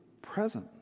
present